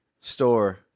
store